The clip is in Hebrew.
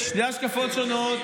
משתי השקפות שונות,